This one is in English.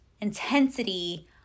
intensity